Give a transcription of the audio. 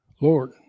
Lord